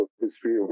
history